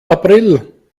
april